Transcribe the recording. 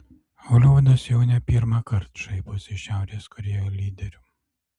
holivudas jau ne pirmąkart šaiposi iš šiaurės korėjo lyderių